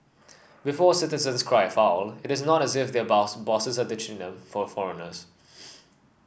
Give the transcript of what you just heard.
before citizens cry foul it is not as if their boss bosses are ditching them for foreigners